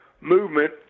movement